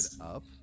up